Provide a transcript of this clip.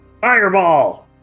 Fireball